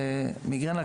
ומיגרנה,